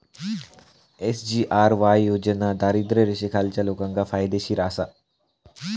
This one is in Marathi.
एस.जी.आर.वाय योजना दारिद्र्य रेषेखालच्या लोकांका फायदेशीर आसा